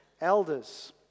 elders